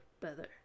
better